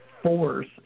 force